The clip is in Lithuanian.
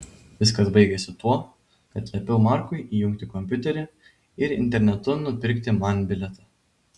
viskas baigėsi tuo kad liepiau markui įjungti kompiuterį ir internetu nupirkti man bilietą